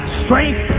strength